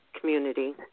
community